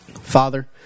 Father